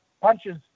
punches